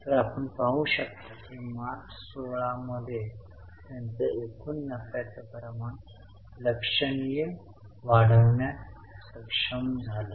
तर आपण पाहू शकता की मार्च 16 मध्ये त्यांचे एकूण नफ्याचे प्रमाण लक्षणीय वाढविण्यात सक्षम झाले